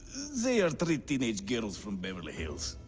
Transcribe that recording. they are three teenage girls from beverly hills